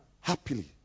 Happily